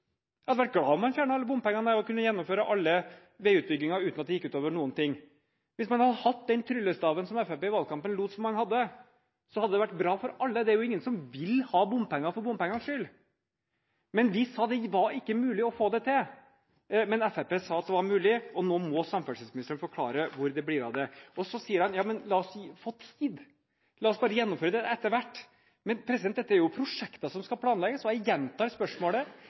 vært glad om man fjernet alle bompengene og kunne gjennomført alle veiutbygginger uten at det gikk ut over noen ting. Hvis man hadde hatt den tryllestaven som Fremskrittspartiet i valgkampen lot som man hadde, hadde det vært bra for alle. Det er jo ingen som vil ha bompenger for bompengenes skyld. Vi sa det ikke var mulig å få det til, men Fremskrittspartiet sa at det var mulig. Nå må samferdselsministeren forklare hvor det blir av det. Så sier han, jammen la oss få tid. La oss bare gjennomføre det etter hvert. Men dette er jo prosjekter som skal planlegges. Jeg gjentar spørsmålet: